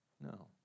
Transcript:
No